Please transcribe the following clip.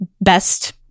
best